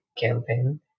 campaign